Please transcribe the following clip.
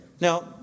Now